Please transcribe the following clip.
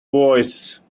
voice